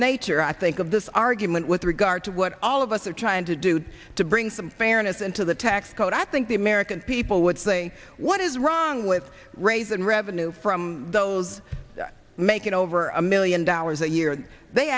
nature i think of this argument with regard to what all of us are trying to do to bring some fairness into the tax code i think the american people would say what is wrong with raising revenue from those making over a million dollars a year and they